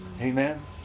Amen